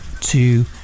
two